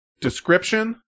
description